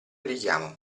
richiamo